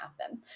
happen